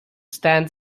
stand